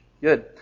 good